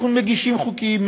אנחנו מגישים חוקים,